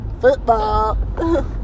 Football